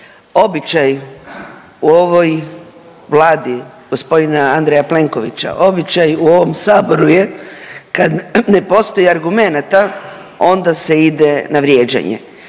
običaj u ovoj Vladi g. Andreja Plenkovića, običaj u ovom saboru je kad ne postoji argumenata onda se ide na vrijeđanje.